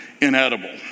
inedible